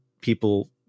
people